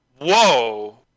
Whoa